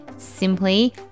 simply